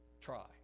Try